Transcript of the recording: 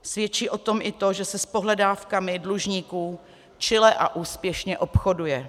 Svědčí o tom i to, že se s pohledávkami dlužníků čile a úspěšně obchoduje.